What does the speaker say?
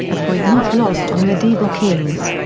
a point not lost on medieval kings.